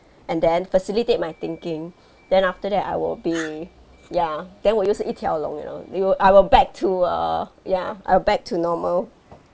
and then facilitate my thinking then after that I will be ya then 我又是一条龙 you know it will I will back to err ya I will back to normal